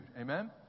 Amen